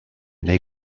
neu